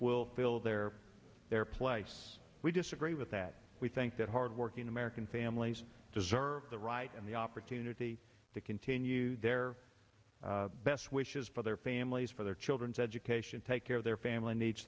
will fill their their place we disagree with that we think that hardworking american families deserve the right and the opportunity to continue their best wishes for their families for their children's education take care of their family needs